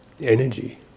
energy